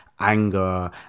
anger